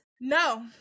no